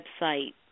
website